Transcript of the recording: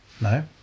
no